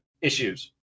Issues